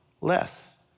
less